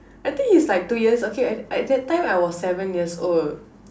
I think it's like two years okay I at that time I was seven years old